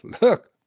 look